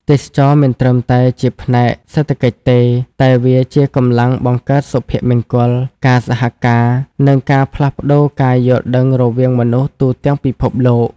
ទេសចរណ៍មិនត្រឹមតែជាផ្នែកសេដ្ឋកិច្ចទេ តែវាជាកម្លាំងបង្កើតសុភមង្គល ការសហការណ៍ និងការផ្លាស់ប្ដូរការយល់ដឹងរវាងមនុស្សទូទាំងពិភពលោក។